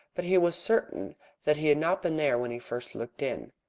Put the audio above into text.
but he was certain that he had not been there when he first looked in.